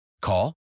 Call